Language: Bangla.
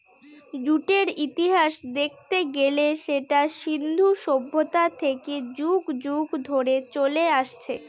জুটের ইতিহাস দেখতে গেলে সেটা সিন্ধু সভ্যতা থেকে যুগ যুগ ধরে চলে আসছে